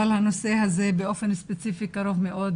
אבל הנושא הזה באופן ספציפי קרוב מאוד